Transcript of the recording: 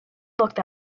looked